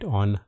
on